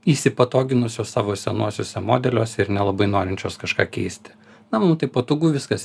įsipatoginusios savo senuosiuose modeliuose ir nelabai norinčios kažką keisti na mum tai patogu viskas